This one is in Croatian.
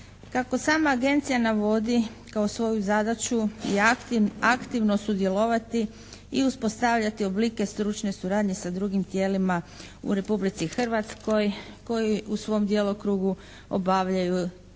Kako sama Agencija navodi kao svoju zadaću i aktivno sudjelovati i uspostavljati oblike stručne suradnje sa drugim tijelima u Republici Hrvatskoj koji u svom djelokrugu obavljaju također